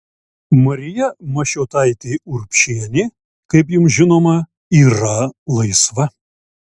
marija mašiotaitė urbšienė kaip jums žinoma yra laisva